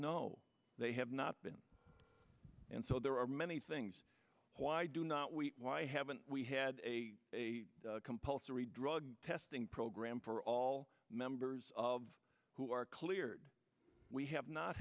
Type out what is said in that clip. no they have not been and so there are many things why do not we why haven't we had a compulsory drug testing program for all members of who are cleared we have not